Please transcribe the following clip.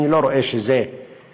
אני לא רואה שזה קורה,